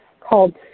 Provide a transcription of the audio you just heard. called